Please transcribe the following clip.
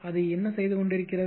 அது என்ன செய்து கொண்டிருக்கிறது